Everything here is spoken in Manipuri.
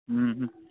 ꯎꯝ